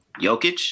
Jokic